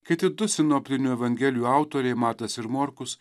kiti du sinoptinių evangelijų autoriai matas ir morkus